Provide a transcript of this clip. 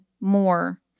more